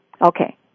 Okay